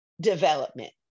development